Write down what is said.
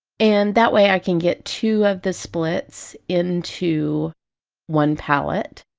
and that way i can get two of the splits into one palette.